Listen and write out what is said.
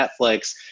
Netflix